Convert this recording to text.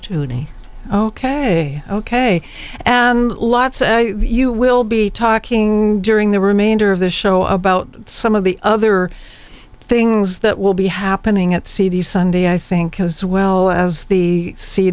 k ok and lots of you will be talking during the remainder of the show about some of the other things that will be happening at c b s sunday i think has well as the seed